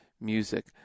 music